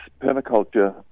permaculture